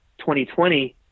2020